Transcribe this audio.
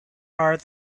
heart